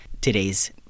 Today's